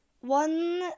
one